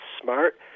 smart